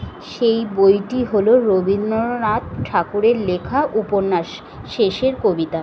সেই বইটি হলো রবীন্দ্রনাথ ঠাকুরের লেখা উপন্যাস শেষের কবিতা